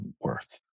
worth